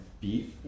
beef